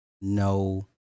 no